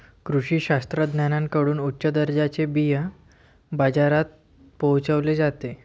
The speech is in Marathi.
कृषी शास्त्रज्ञांकडून उच्च दर्जाचे बिया बाजारात पोहोचवले जाते